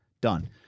done